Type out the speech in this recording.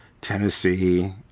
Tennessee